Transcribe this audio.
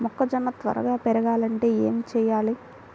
మొక్కజోన్న త్వరగా పెరగాలంటే ఏమి చెయ్యాలి?